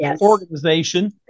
organization